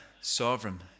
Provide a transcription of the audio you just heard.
sovereign